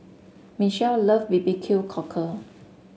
Michel love B B Q Cockle